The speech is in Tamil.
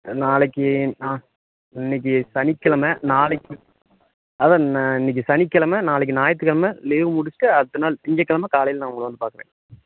நாளைக்கு நான் இன்னைக்கு சனிக்கெழமை நாளைக்கு அதான் நான் இன்னைக்கு சனிக்கெழமை நாளைக்கு ஞாயிற்று கெழமை லீவு முடிச்சுட்டு அடுத்த நாள் திங்ககெழமை காலையில் நான் உங்களை வந்து பார்க்குறேன்